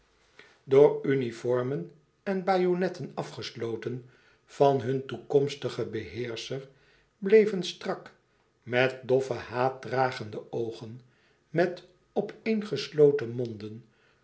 door uniformen en bajonetten afgesloten van hun toekomstigen beheerscher bleven strak met doffe haatdragende oogen met opeengesloten monden